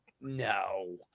No